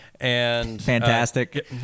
Fantastic